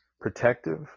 protective